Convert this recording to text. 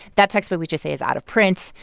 that textbook, we should say, is out of print,